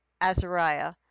Azariah